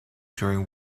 during